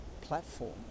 platform